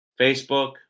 Facebook